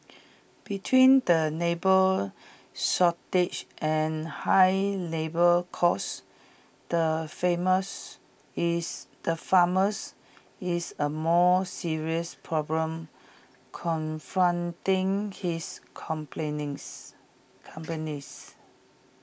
between the labour shortage and high labour costs the famous is the farmers is A more serious problem confronting his companies